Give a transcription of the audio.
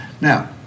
Now